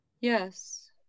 Yes